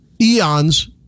Eons